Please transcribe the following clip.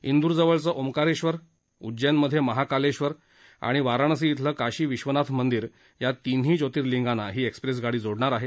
इंदूरजवळचं ओंकारेश्वर उजैनमध्ये महाकालेश्वर आणि वाराणसी इथलं काशी विश्वनाथ मंदिर या तीनही ज्योतिर्लिंगांना ही एक्स्प्रेस जोडणार आहे